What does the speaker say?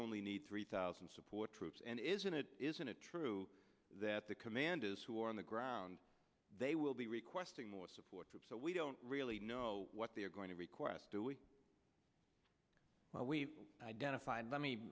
only need three thousand support troops and isn't it isn't it true that the commanders who are on the ground they will be requesting more support troops so we don't really know what they're going to require us to do we we identified let me